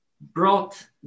brought